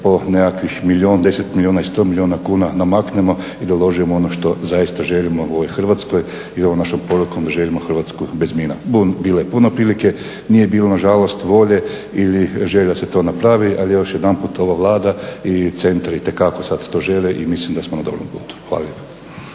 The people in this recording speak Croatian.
po nekakvih milijun, deset milijuna i sto milijuna kuna namaknemo i da uložimo u ono što zaista želimo u ovoj Hrvatskoj. I ovom našom porukom želimo Hrvatsku bez mina. Bilo je puno prilike, nije bilo na žalost volje ili želje da se to napravi. Ali još jedanput ova Vlada i centri itekako sad to žele i mislim da smo na dobrom putu. Hvala